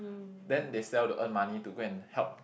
then they sell to earn money to go and help